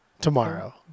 tomorrow